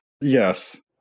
Yes